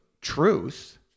truth